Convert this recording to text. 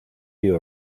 you